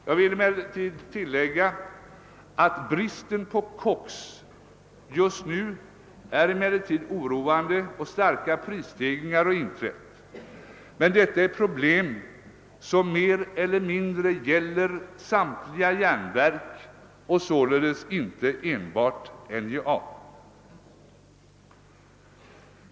Jag vill emellertid tillägga att bristen på koks är oroande och att starka prisstegringar har inträtt. Men detta är ett problem som mer eller mindre gäller samtliga järnverk och således inte enbart NJA.